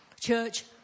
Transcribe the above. Church